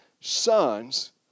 sons